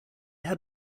had